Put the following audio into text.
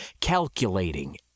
calculating